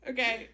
Okay